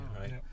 Right